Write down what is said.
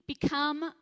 become